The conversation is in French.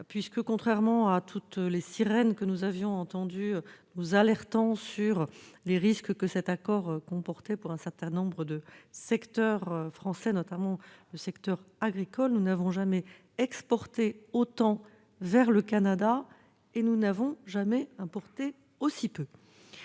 à rebours de toutes les sirènes que nous avions entendues, nous alertant sur les risques que cet accord comportait pour un certain nombre de secteurs français, notamment le secteur agricole. Nous n'avons jamais exporté autant vers le Canada, notamment parce que les